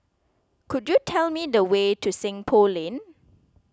could you tell me the way to Seng Poh Lane